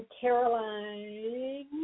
Caroline